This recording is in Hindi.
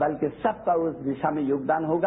बल्कि सबका उस दिशा में योगदान होगा